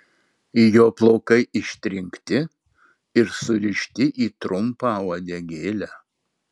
jo plaukai ištrinkti ir surišti į trumpą uodegėlę